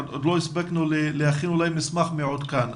עוד לא הספקנו להכין אולי מסמך מעודכן.